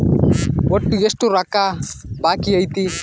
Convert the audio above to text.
ಒಟ್ಟು ಎಷ್ಟು ರೊಕ್ಕ ಬಾಕಿ ಐತಿ?